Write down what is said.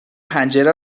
پنجره